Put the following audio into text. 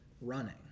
running